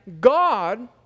God